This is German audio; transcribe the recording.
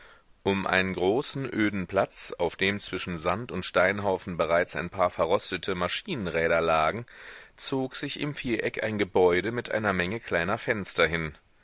um einen großen öden platz auf dem zwischen sand und steinhaufen bereits ein paar verrostete maschinenräder lagen zog sich im viereck ein gebäude mit einer menge kleiner fenster hin